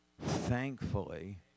thankfully